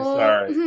sorry